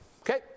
Okay